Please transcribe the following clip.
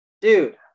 Dude